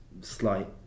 slight